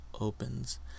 opens